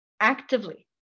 actively